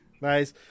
Nice